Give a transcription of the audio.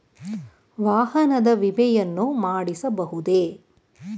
ವಾಹನದ ವಿಮೆಯನ್ನು ಮಾಡಿಸಬಹುದೇ?